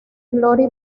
glory